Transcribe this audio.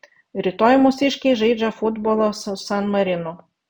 rytoj mūsiškiai žaidžia futbolą su san marinu